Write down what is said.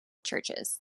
churches